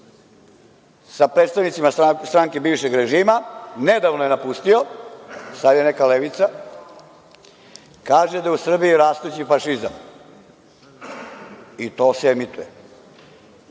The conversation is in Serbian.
sa predstavnicima stranke bivšeg režima nedavno je napustio, sada je nekakva levica, kaže da je u Srbiji rastući fašizam i to se emituje.